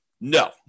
No